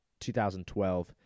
2012